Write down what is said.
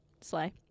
slay